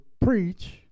preach